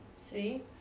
See